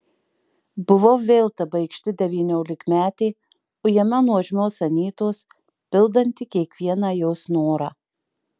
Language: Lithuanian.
buvau vėl ta baikšti devyniolikmetė ujama nuožmios anytos pildanti kiekvieną jos norą